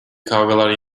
kavgalar